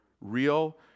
Real